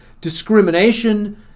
discrimination